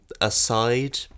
aside